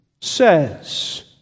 says